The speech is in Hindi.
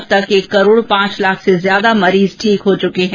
अब तक एक करोड पांच लाख से अधिक मरीज ठीक हो चुके हैं